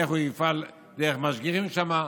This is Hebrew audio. איך הוא יפעל, דרך משגיחים שם?